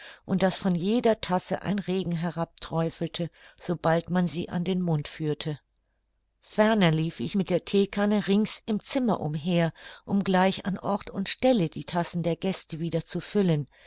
und daß von jeder tasse ein regen herab träufelte sobald man sie an den mund führte ferner lief ich mit der theekanne rings im zimmer umher um gleich an ort und stelle die tassen der gäste wieder zu füllen